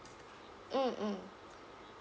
mm mm